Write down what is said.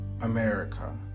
america